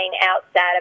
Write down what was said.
outside